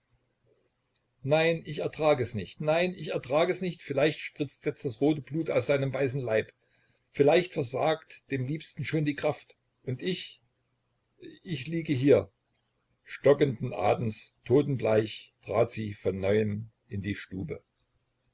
nein ich ertrag es nicht nein ich ertrag es nicht vielleicht spritzt jetzt das rote blut aus seinem weißen leib vielleicht versagt dem liebsten schon die kraft und ich ich liege hier stockenden atems totenbleich trat sie von neuem in die stube